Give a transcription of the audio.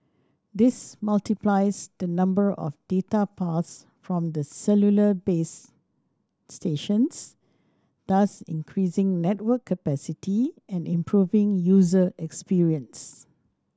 this multiplies the number of data paths from the cellular base stations thus increasing network capacity and improving user experience